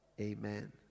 amen